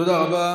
תודה רבה